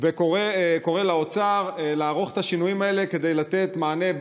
וקורא לאוצר לערוך את השינויים האלה כדי לתת מענה,